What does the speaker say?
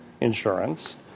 insurance